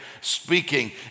speaking